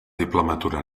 diplomatura